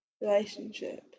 relationship